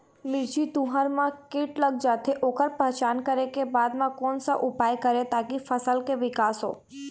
मिर्ची, तुंहर मा कीट लग जाथे ओकर पहचान करें के बाद मा कोन सा उपाय करें ताकि फसल के के विकास हो?